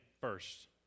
first